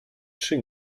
czy